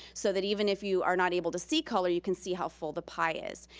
so that even if you are not able to see color, you can see how full the pie is.